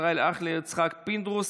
ישראל אייכלר ויצחק פינדרוס,